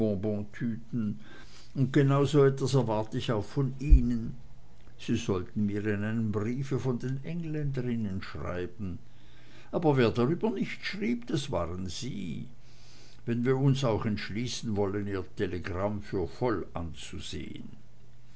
und genau so was erwart ich auch von ihnen sie sollten mir in einem briefe von den engländerinnen schreiben aber wer darüber nicht schrieb das waren sie wenn wir uns auch entschließen wollen ihr telegramm für voll anzusehn